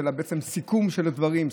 אלא בעצם סיכום של הדברים,